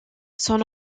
son